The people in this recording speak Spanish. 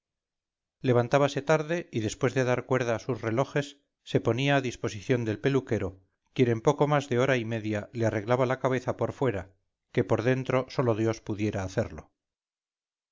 vida levantábase tarde y después de dar cuerda a sus relojes se ponía a disposición del peluquero quien en poco más de hora y media le arreglaba la cabeza por fuera que por dentro sólo dios pudiera hacerlo